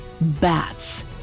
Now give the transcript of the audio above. Bats